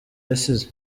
yasize